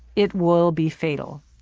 it will be fatal.